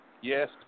Yes